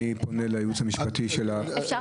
אני